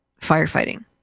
firefighting